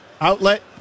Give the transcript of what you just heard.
Outlet